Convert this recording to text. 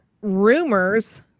rumors